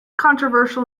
controversial